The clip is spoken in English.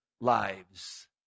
lives